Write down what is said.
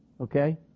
okay